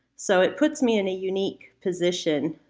so, it puts me in a unique position,